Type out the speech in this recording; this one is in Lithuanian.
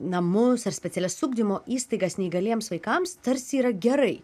namus ar specialias ugdymo įstaigas neįgaliems vaikams tarsi yra gerai